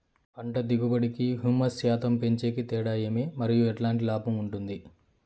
పంట దిగుబడి కి, హ్యూమస్ శాతం పెంచేకి తేడా ఏమి? మరియు ఎట్లాంటి లాభం ఉంటుంది?